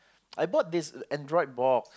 I bought this Android box